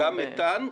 גם מתאן.